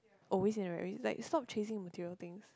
always in a rat race like stop chasing material things